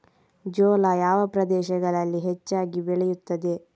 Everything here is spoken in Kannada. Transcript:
ಜೋಳ ಯಾವ ಪ್ರದೇಶಗಳಲ್ಲಿ ಹೆಚ್ಚಾಗಿ ಬೆಳೆಯುತ್ತದೆ?